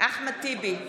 אחמד טיבי,